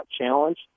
challenge